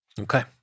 Okay